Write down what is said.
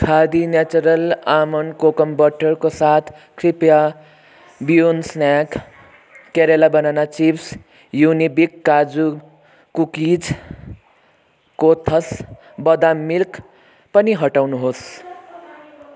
khadi natural almond kokum बटरको साथ कृपया beyond snack Kerala banana chips Unibic kaju cookies Kothas badam milk पनि हटाउनुहोस्